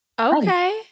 Okay